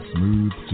Smooth